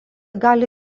gali